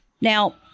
Now